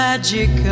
Magic